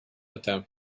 attempt